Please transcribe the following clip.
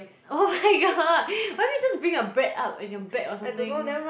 oh my god why didn't you just bring a bread up in your bag or something